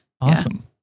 awesome